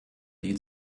die